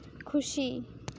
ᱠᱷᱩᱥᱤ